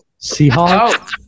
Seahawks